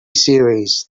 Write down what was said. series